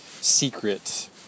secret